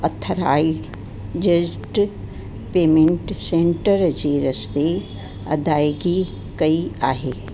अथराई जेट payment centre जी रसबी अदाइगी कई आहे